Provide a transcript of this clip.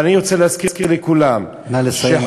אני רוצה להזכיר לכולם, נא לסיים.